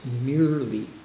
merely